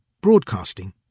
broadcasting